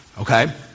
Okay